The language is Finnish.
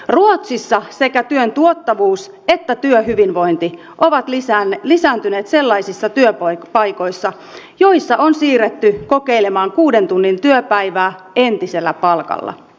ruotsissa sekä työn tuottavuus että työhyvinvointi ovat lisääntyneet sellaisissa työpaikoissa joissa on siirrytty kokeilemaan kuuden tunnin työpäivää entisellä palkalla